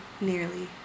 nearly